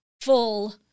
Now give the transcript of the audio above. full